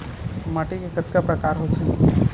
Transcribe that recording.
माटी के कतका प्रकार होथे?